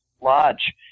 Lodge